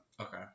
Okay